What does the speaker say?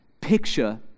picture